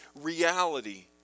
reality